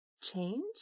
change